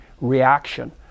reaction